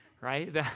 right